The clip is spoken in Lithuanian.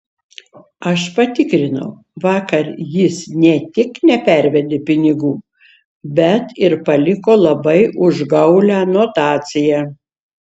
aš patikrinau vakar jis ne tik nepervedė pinigų bet ir paliko labai užgaulią notaciją